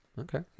Okay